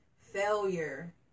failure